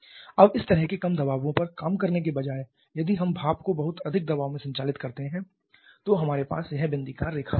अब इस तरह के कम दबावों पर काम करने के बजाय यदि हम भाप को बहुत अधिक दबाव में संचालित करते हैं तो हमारे पास यह बिंदीदार रेखा होती है